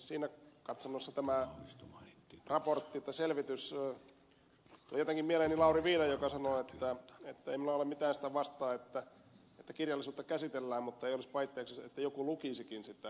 siinä katsannossa tämä raportti tai selvitys tuo jotenkin mieleeni lauri viidan joka sanoi että ei hänellä ole mitään sitä vastaan että kirjallisuutta käsitellään mutta ei olisi pahitteeksi jos joku lukisikin sitä